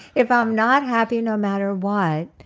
if i'm not happy no matter what,